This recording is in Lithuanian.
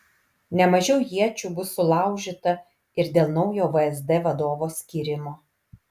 ne mažiau iečių bus sulaužyta ir dėl naujo vsd vadovo skyrimo